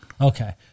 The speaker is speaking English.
Okay